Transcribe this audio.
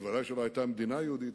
ודאי שלא היתה מדינה יהודית,